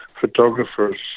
photographers